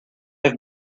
have